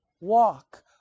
walk